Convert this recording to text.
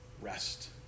Rest